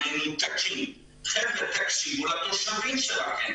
חבר'ה, תקשיבו לתושבים שלכם.